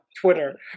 Twitter